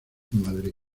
madrid